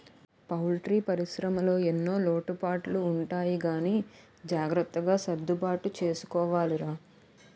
poultry పరిశ్రమలో ఎన్నో లోటుపాట్లు ఉంటాయి గానీ జాగ్రత్తగా సర్దుబాటు చేసుకోవాలిరా